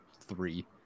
three